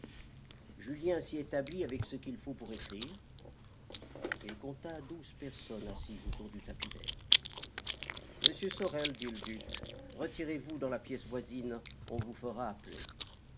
julien s'y établit avec ce qu'il faut pour écrire il compta douze personnes assises autour du tapis vert monsieur sorel dit le duc retirez-vous dans la pièce voisine on vous fera appeler